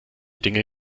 dinge